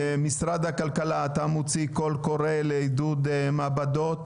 משרד הכלכלה אתה מוציא קול קורא לעידוד מעבדות